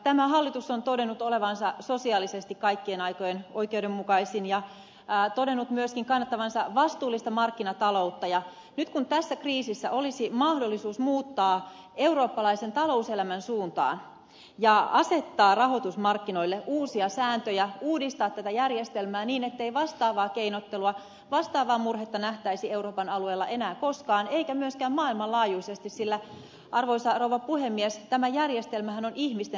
tämä hallitus on todennut olevansa sosiaalisesti kaikkien aikojen oikeudenmukaisin ja todennut myöskin kannattavansa vastuullista markkinataloutta ja nyt tässä kriisissä olisi mahdollisuus muuttaa eurooppalaisen talouselämän suuntaa ja asettaa rahoitusmarkkinoille uusia sääntöjä uudistaa tätä järjestelmää niin ettei vastaavaa keinottelua vastaavaa murhetta nähtäisi euroopan alueella enää koskaan eikä myöskään maailmanlaajuisesti sillä arvoisa rouva puhemies tämä järjestelmähän on ihmisten rakentama